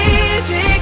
easy